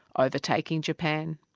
overtaking japan.